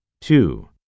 Two